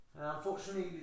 Unfortunately